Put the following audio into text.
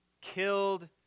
killed